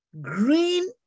green